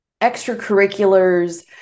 extracurriculars